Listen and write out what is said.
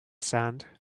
sand